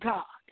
God